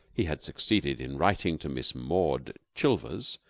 he had succeeded in writing to miss maud chilvers,